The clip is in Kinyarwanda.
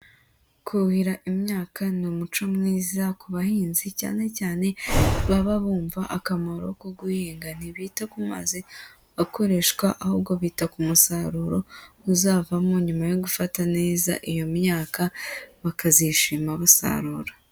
Kuhira imyaka ni umuco mwiza ku bahinzi cyanecyane baba bumva akamaro ko guhinga. Ntibita ku mazi akoreshwa ahubwo bita ku musaruro uzavamo, nyuma yo gufata neza iyo myaka bakazishima basarura.